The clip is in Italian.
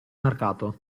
mercato